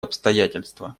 обстоятельства